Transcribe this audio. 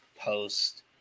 post